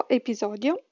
episodio